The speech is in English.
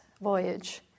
voyage